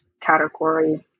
category